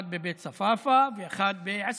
אחד בבית צפאפא ואחד בעוספיא,